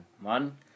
Man